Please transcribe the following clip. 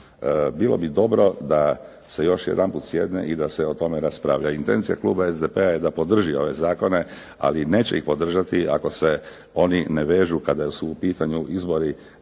Bilo bi dobro da se još jednom sjedne i da se o tome raspravlja. Intencija kluba SDP-a je da podrži ove zakone ali neće ih podržati ako se oni ne vežu kada su u pitanju izbori